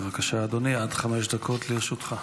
בבקשה, אדוני, עד חמש דקות לרשותך.